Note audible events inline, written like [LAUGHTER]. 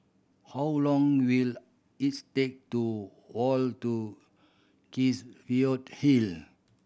how long will it take to walk to [UNINTELLIGIBLE] Hill